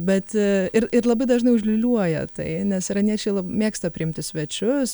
bet ir ir labai dažnai užliūliuoja tai nes iraniečiai mėgsta priimti svečius